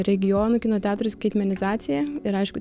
regionų kino teatrų skaitmenizacija ir aišku